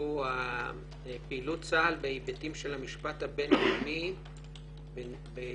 שהוא פעילות צה"ל בהיבטים של המשפט הבינלאומי בעיקר